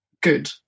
good